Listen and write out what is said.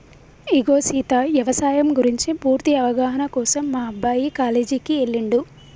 ఇగో సీత యవసాయం గురించి పూర్తి అవగాహన కోసం మా అబ్బాయి కాలేజీకి ఎల్లిండు